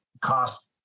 cost